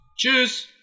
Tschüss